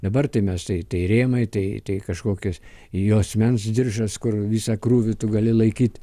dabar tai mes tai tai rėmai tai tai kažkokios juosmens diržas kur visą krūvį tu gali laikyt